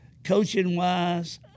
Coaching-wise